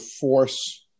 force